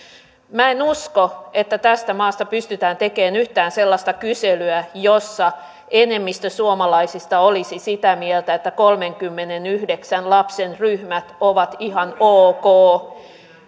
minä en usko että tästä maasta pystytään tekemään yhtään sellaista kyselyä jossa enemmistö suomalaisista olisi sitä mieltä että kolmenkymmenenyhdeksän lapsen ryhmät ovat ihan ok